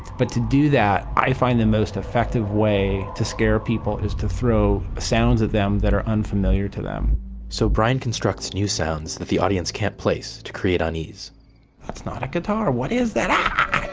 but to do that, i find the most effective way to scare people is to throw sounds at them that are unfamiliar to them so brian constructs new sounds that the audience can't place to create unease that's not a guitar. what is that? ahh!